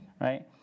right